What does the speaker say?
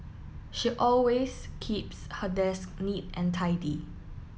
she always keeps her desk neat and tidy